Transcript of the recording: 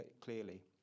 clearly